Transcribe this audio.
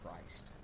Christ